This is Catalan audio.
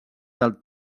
del